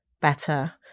better